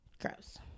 Gross